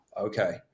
okay